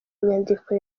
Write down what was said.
inyandiko